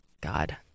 God